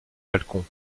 balcon